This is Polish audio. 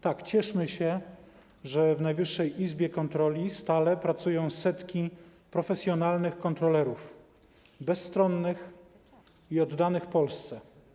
Tak, cieszmy się, że w Najwyższej Izbie Kontroli stale pracują setki profesjonalnych kontrolerów, bezstronnych i oddanych Polsce.